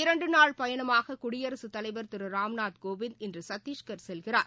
இரண்டு நாள் பயணமாக குடியரசு தலைவர் திரு ராம்நாத் கோவிந்த் இன்று சத்தீஸ்கர் செல்கிறார்